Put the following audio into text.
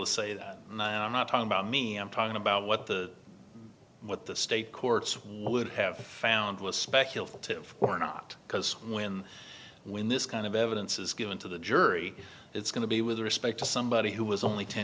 to say that i'm not talking about me i'm talking about what the what the state courts would have found was speculative or not because when when this kind of evidence is given to the jury it's going to be with respect to somebody who was only ten